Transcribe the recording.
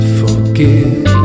forgive